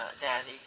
daddy